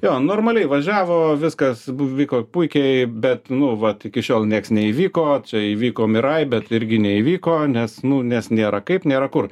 jo normaliai važiavo viskas vyko puikiai bet nu vat iki šiol nieks neįvyko čia įvyko mirai bet irgi neįvyko nes nu nes nėra kaip nėra kur